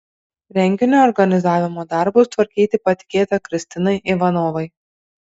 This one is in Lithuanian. renginio organizavimo darbus tvarkyti patikėta kristinai ivanovai